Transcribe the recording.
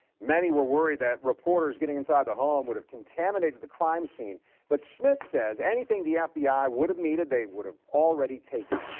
many were worried that reporters getting inside the home would have contaminated the crime scene but smith says anything the ah fbi would have needed they would have already taken.